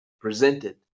presented